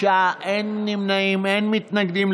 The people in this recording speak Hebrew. בעד, 96, אין נמנעים, אין מתנגדים.